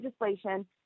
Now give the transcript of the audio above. legislation